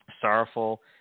sorrowful